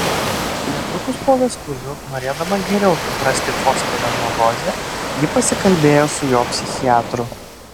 netrukus po vestuvių norėdama geriau suprasti fosterio neurozę ji pasikalbėjo su jo psichiatru